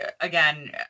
again